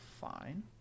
fine